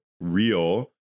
real